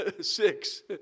Six